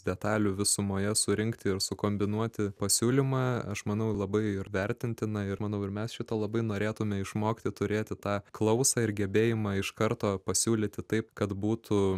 detalių visumoje surinkti ir sukombinuoti pasiūlymą aš manau labai vertintina ir manau ir mes šito labai norėtume išmokti turėti tą klausą ir gebėjimą iš karto pasiūlyti taip kad būtų